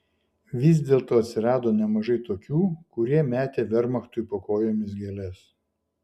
vis dėlto atsirado nemažai tokių kurie metė vermachtui po kojomis gėles